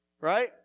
right